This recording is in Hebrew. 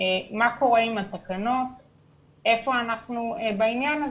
מה קורה עם התקנות והיכן אנחנו בעניין הזה.